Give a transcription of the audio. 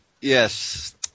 yes